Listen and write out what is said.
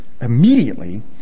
immediately